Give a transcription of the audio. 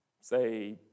say